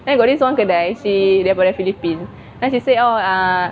then got this one kedai she daripada philippine then she say oh uh